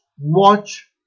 watch